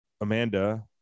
Amanda